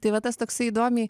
tai va tas toksai įdomiai